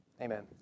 Amen